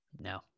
No